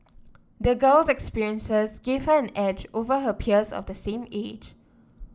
the girl's experiences gave her an edge over her peers of the same age